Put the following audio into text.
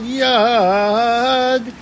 yad